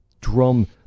drum